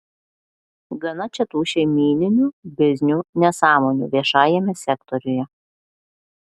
gana čia tų šeimyninių biznių nesąmonių viešajame sektoriuje